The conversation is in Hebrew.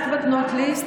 Last but not least,